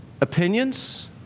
opinions